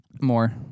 More